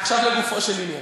עכשיו לגופו של עניין.